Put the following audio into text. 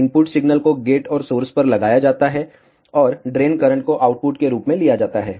input signal को gate और source पर लगाया जाता है और ड्रेन करंट को आउटपुट के रूप में लिया जाता है